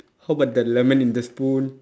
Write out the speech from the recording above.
how about the lemon in the spoon